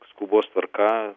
skubos tvarka